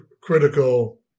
critical